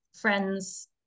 friends